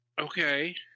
Okay